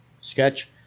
sketch